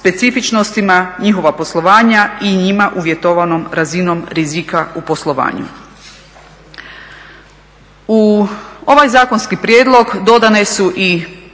specifičnostima njihova poslovanja i njima uvjetovanom razinom rizika u poslovanju. U ovaj zakonski prijedlog dodane su nove